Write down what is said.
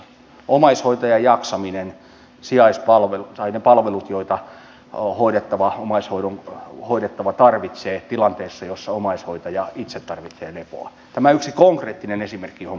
omaishoitajan jaksaminen sijaispalvelut tai ne palvelut joita omaishoidon hoidettava tarvitsee tilanteessa jossa omaishoitaja itse tarvitsee lepoa tämä on yksi konkreettinen esimerkki johon panostetaan